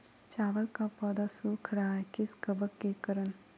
चावल का पौधा सुख रहा है किस कबक के करण?